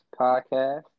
Podcast